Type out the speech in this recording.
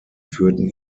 führten